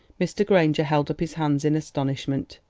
mr. granger held up his hands in astonishment.